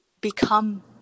become